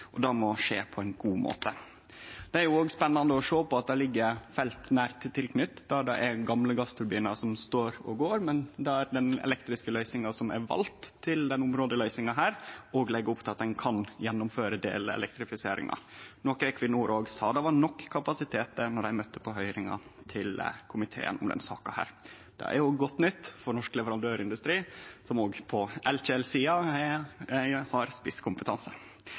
og det må skje på ein god måte. Det er òg spennande å sjå at det ligg felt i nær tilknyting til gamle gassturbinar som står og går, men der den elektriske løysinga som er vald til denne områdeløysinga, òg legg opp til at ein kan gjennomføre delelektrifiseringa, noko Equinor òg sa at det var nok kapasitet til, då dei møtte på høyringa til komiteen om denne saka. Det er godt nytt for norsk leverandørindustri, som har spisskompetanse òg på elkjel-sida. Når det gjeld Johan Castberg-feltet, er